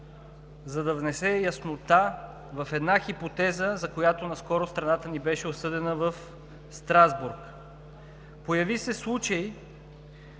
за да внесе яснота в една хипотеза, за която наскоро страната ни беше осъдена в Страсбург. Появи се случай,